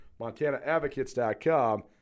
MontanaAdvocates.com